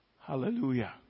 Hallelujah